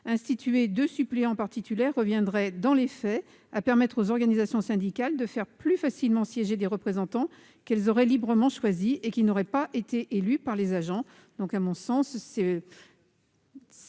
Instituer deux suppléants par titulaire reviendrait, dans les faits, à permettre aux organisations syndicales de faire plus facilement siéger des représentants qu'elles auraient librement choisis et qui n'auraient pas été élus par les agents. De mon point de